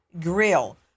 Grill